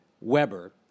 Weber